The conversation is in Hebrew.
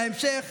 בהמשך